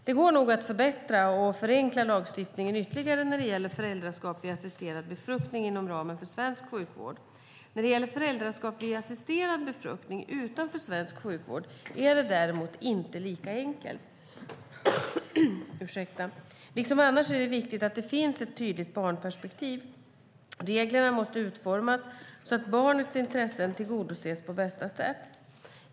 Det går nog att förbättra och förenkla lagstiftningen ytterligare när det gäller föräldraskap vid assisterad befruktning inom ramen för svensk sjukvård. När det gäller föräldraskap vid assisterad befruktning utanför svensk sjukvård är det däremot inte lika enkelt. Liksom annars är det viktigt att det finns ett tydligt barnperspektiv. Reglerna måste utformas så att barnets intressen tillgodoses på bästa sätt.